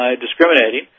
discriminating